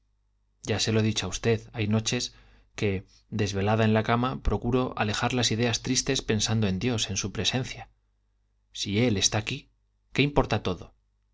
ya se lo he dicho a usted hay noches que desvelada en la cama procuro alejar las ideas tristes pensando en dios en su presencia si él está aquí qué importa todo